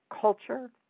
culture